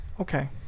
Okay